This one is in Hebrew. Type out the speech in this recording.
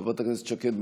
חברת הכנסת שקד,